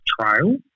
trial